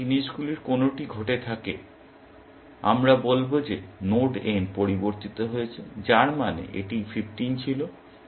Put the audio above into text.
যদি এই জিনিসগুলির কোনটি ঘটে থাকে আমরা বলব যে নোড n পরিবর্তিত হয়েছে যার মানে এটি 15 ছিল